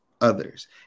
others